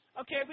Okay